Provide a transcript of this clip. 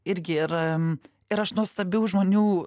irgi ir ir aš nuostabių žmonių